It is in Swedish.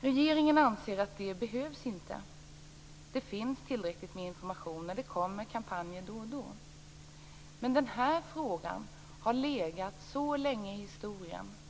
Regeringen anser att det inte behövs; det finns tillräckligt med information och det kommer kampanjer då och då. Men den här frågan har funnits med väldigt länge i historien.